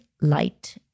light